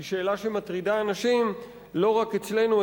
היא שאלה שמטרידה אנשים לא רק אצלנו,